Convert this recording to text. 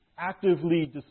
actively